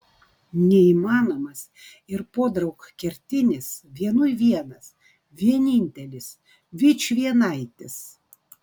neįmanomas ir podraug kertinis vienui vienas vienintelis vičvienaitis